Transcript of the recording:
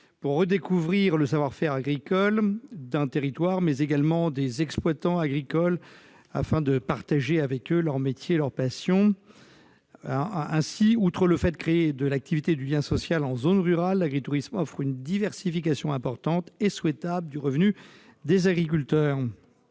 pour redécouvrir le savoir-faire agricole d'un territoire, mais également des exploitants agricoles, afin de partager leurs métiers et leurs passions. Ainsi, outre qu'il crée de l'activité et du lien social en zone rurale, l'agritourisme offre une diversification importante, et souhaitable, du revenu des agriculteurs.